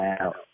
out